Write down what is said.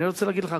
אני רוצה לומר לך,